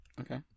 Okay